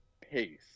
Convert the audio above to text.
pace